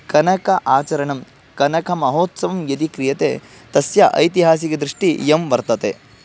कनक आचरणं कनकमहोत्सवः यदि क्रियते तस्य ऐतिहासिकदृष्टिः इयं वर्तते